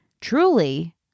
truly